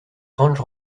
range